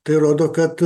tai rodo kad